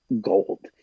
gold